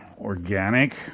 Organic